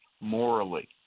morally